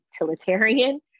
utilitarian